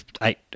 eight